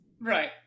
Right